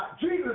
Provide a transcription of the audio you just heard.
Jesus